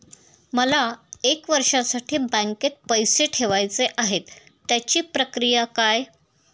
मला एक वर्षासाठी बँकेत पैसे ठेवायचे आहेत त्याची प्रक्रिया काय?